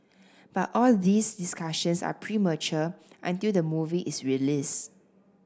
but all these discussions are premature until the movie is released